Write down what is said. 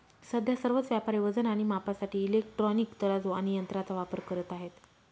सध्या सर्वच व्यापारी वजन आणि मापासाठी इलेक्ट्रॉनिक तराजू आणि यंत्रांचा वापर करत आहेत